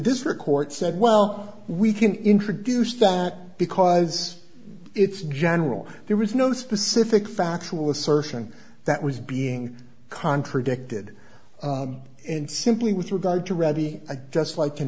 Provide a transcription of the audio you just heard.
district court said well we can introduce that because it's general there was no specific factual assertion that was being contradicted and simply with regard to ready just like you